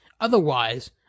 Otherwise